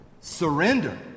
surrender